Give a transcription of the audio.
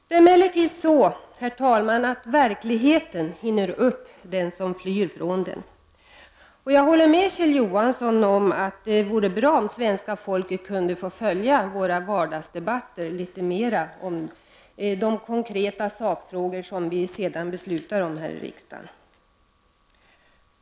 Det är emellertid så, herr talman, att verkligheten hinner upp den som flyr från den. Jag håller med Kjell Johansson om att det vore bra om svenska folket kunde följa våra vardagsdebatter i de konkreta sakfrågor som vi sedan beslutar om här i riksdagen.